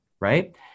right